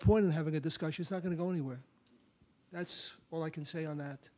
point in having a discussion is not going to go anywhere that's all i can say on